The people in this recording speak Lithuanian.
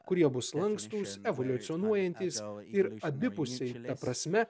kurie bus lankstūs evoliucionuojantys sau ir abipusiai gilia prasme